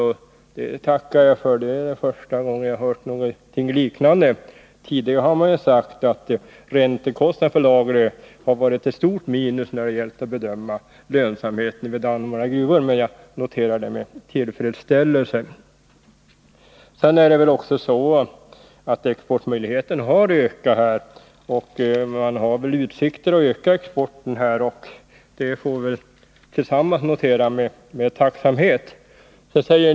Det tackar jag för — det är första gången jag hört någonting liknande. Tidigare har man ju sagt att räntekostnaderna för lagret har varit ett stort minus när det gällt att bedöma lönsamheten vid Dannemora gruvor. Jag noterar alltså industriministerns uttalande med tillfredsställelse. Sedan är det väl också så, att exportmöjligheterna har förbättrats. Man har alltså utsikter att öka exporten. Det får vi väl notera med tacksamhet.